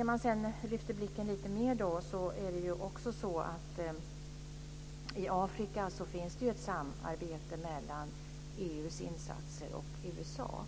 Om man lyfter blicken lite mer finns det i Afrika ett samarbete mellan EU och USA om insatser.